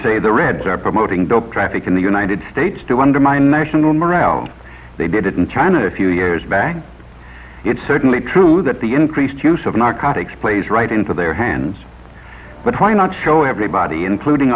say the reds are promoting dope traffic in the united states to undermine national morale they didn't china a few years back it's certainly true that the increased use of narcotics plays right into their hands but why not show everybody including